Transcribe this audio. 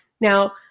Now